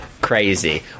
crazy